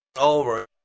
over